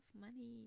money